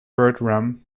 bertram